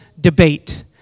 debate